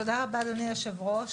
תודה רבה, אדוני היושב-ראש.